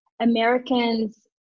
Americans